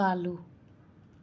ꯀꯥꯜꯂꯨ